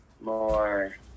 more